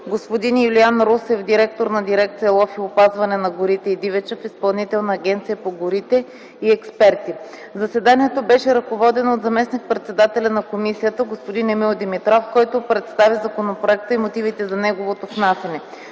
господин Юлиян Русев – директор на дирекция “Лов и опазване на горите и дивеча” в Изпълнителна агенция по горите; и експерти. Заседанието беше ръководено от заместник-председателя на комисията господин Емил Димитров, който представи законопроекта и мотивите за неговото внасяне.